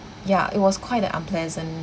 ya it was quite an unpleasant